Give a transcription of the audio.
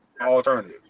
alternative